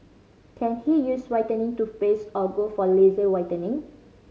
can he use whitening toothpaste or go for laser whitening